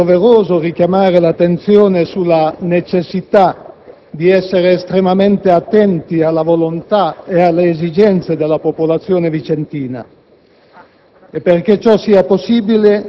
Sono il rappresentante di una Regione fortemente attaccata alle sue peculiarità e alla sua autonomia e prima ancora un convinto assertore dei valori del federalismo.